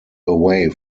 away